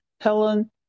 Helen